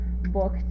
book